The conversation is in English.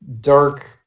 dark